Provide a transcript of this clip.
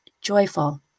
joyful